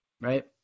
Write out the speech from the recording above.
right